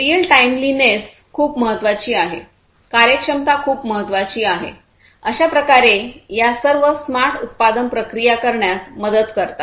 real timeliness खूप महत्वाची आहे कार्यक्षमता खूप महत्वाची आहे अशा प्रकारे या सर्व स्मार्ट उत्पादन प्रक्रिया करण्यात मदत करतात